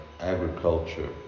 agriculture